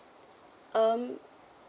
um